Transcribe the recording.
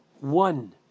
one